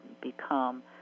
become